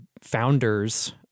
founders